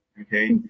okay